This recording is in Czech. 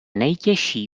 nejtěžší